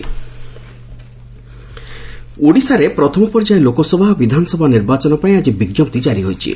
Odisha notification ଓଡ଼ିଶାରେ ପ୍ରଥମ ପର୍ଯ୍ୟାୟ ଲୋକସଭା ଓ ବିଧାନସଭା ନିର୍ବାଚନପାଇଁ ଆକି ବିଜ୍ଞପ୍ତି କାରି ହୋଇଛି